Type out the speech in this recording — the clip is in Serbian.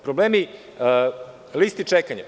Problemi su i liste čekanja.